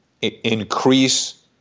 increase